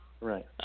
Right